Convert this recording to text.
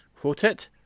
Quartet